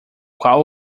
qual